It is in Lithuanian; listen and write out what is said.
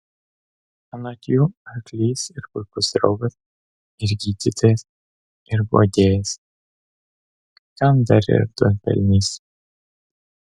anot jų arklys ir puikus draugas ir gydytojas ir guodėjas kai kam dar ir duonpelnys